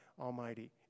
Almighty